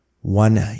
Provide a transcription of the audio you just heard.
One